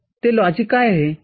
ते लॉजिक काय आहे